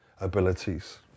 abilities